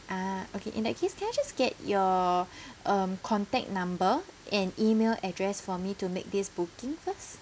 ah okay in that case can I just get your um contact number and email address for me to make this booking first